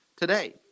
today